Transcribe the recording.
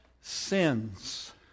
sins